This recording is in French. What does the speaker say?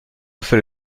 fait